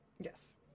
Yes